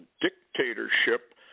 dictatorship